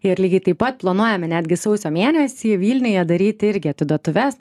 ir lygiai taip pat planuojame netgi sausio mėnesį vilniuje daryti irgi atiduotuves